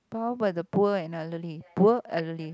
how about the poor and elderly poor elderly